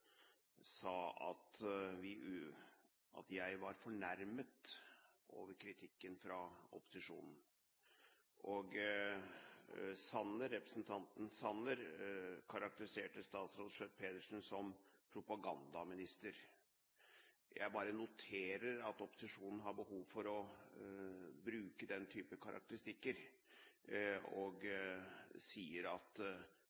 at jeg var fornærmet over kritikken fra opposisjonen. Representanten Sanner karakteriserte statsråd Schjøtt-Pedersen som propagandaminister. Jeg bare noterer at opposisjonen har behov for å bruke den slags karakteristikker, og sier at det kanskje ikke er nødvendig å gjøre det i et